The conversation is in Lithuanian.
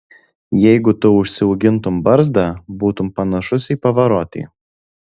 jeigu tu užsiaugintum barzdą būtum panašus į pavarotį